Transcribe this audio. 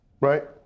right